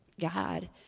God